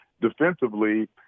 defensively